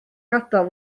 gadael